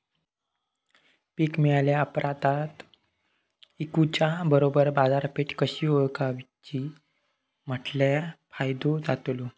पीक मिळाल्या ऑप्रात ता इकुच्या बरोबर बाजारपेठ कशी ओळखाची म्हटल्या फायदो जातलो?